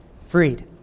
freed